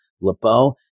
Lebeau